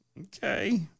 Okay